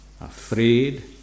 afraid